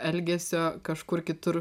elgesio kažkur kitur